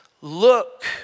look